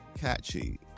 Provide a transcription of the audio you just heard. catchy